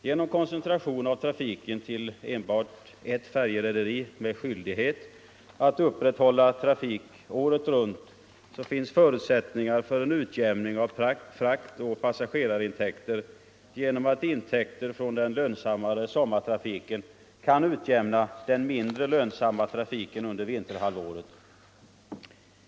Genom koncentration av trafiken till enbart ett färjerederi med skyldighet att upprätthålla trafik året runt finns förutsättningar för en utjämning av fraktoch passagerarintäkter genom att intäkter från den lönsamma sommartrafiken kan utjämna den mindre lönsamma trafiken under vinterhalvåret.